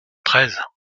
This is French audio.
treize